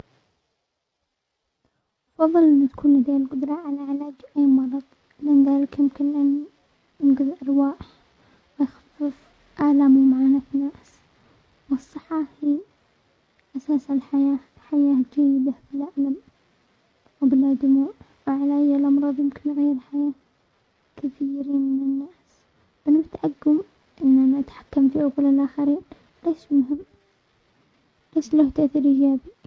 افضل ان تكون لدي القدرة على علاج اي مرض لان ذلك يمكن ان ينقذ ارواح ويخفف الام ومعاناه ناس، والصحة هي اساس الحياة، حياة جيدة وبلا الم وبلا دموع له تأثير ايجابي.